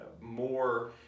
more